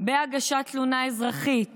בהגשת תלונה אזרחית